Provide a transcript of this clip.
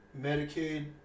Medicaid